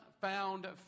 found